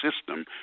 system